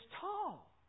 tall